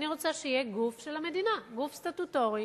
אני רוצה שיהיה גוף של המדינה, גוף סטטוטורי,